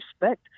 respect